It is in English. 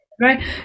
right